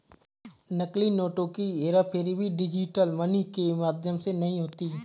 नकली नोटों की हेराफेरी भी डिजिटल मनी के माध्यम से नहीं होती